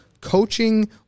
coaching